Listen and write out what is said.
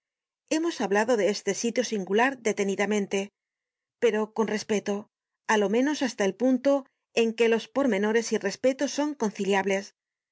hemos hablado de este sitio singular detenidamente pero con respeto á lo menos hasta el punto en que los pormenores y el respeto son conciliables